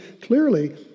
clearly